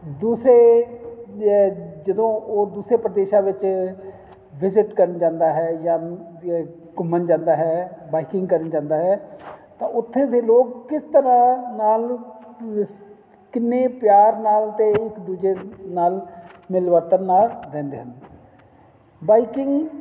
ਦੂਸਰੇ ਜਦੋਂ ਉਹ ਦੂਸਰੇ ਪ੍ਰਦੇਸ਼ਾਂ ਵਿੱਚ ਵਿਜਿਟ ਕਰਨ ਜਾਂਦਾ ਹੈ ਜਾਂ ਘੁੰਮਣ ਜਾਂਦਾ ਹੈ ਬਾਈਕਿੰਗ ਕਰਨ ਜਾਂਦਾ ਹੈ ਤਾਂ ਉੱਥੇ ਦੇ ਲੋਕ ਕਿਸ ਤਰ੍ਹਾਂ ਨਾਲ ਕਿੰਨੇ ਪਿਆਰ ਨਾਲ ਅਤੇ ਇੱਕ ਦੂਜੇ ਨਾਲ ਮਿਲਵਰਤਨ ਨਾਲ ਰਹਿੰਦੇ ਹਨ ਬਾਈਕਿੰਗ